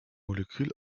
molekül